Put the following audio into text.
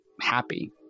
Happy